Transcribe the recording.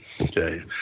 Okay